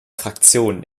fraktion